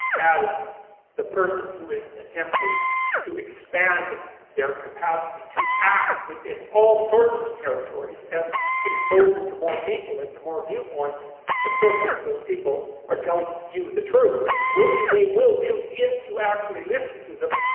as the person who is attempting to expand their capacity, and to act within all sorts of territories, and exposure to more people and to more viewpoints, especially if those people are telling you the truth, which they will do if you actually listen to them,